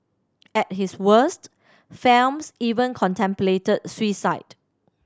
at his worst Phelps even contemplated suicide